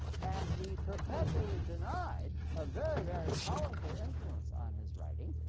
and he perpetually denied a very, very powerful influence on his writing,